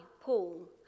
Paul